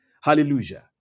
Hallelujah